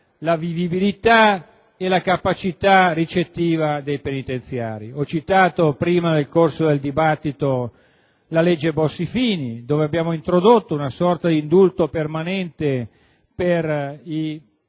la vivibilità e la capacità ricettiva dei penitenziari. Ho citato prima, nel corso del dibattito, la legge Bossi-Fini, nella quale abbiamo introdotto una sorta diindulto permanente per i detenuti